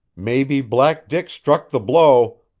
maybe black dick struck the blow,